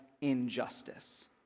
injustice